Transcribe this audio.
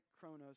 chronos